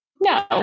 No